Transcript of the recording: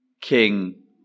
king